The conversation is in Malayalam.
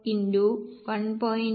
4 x 1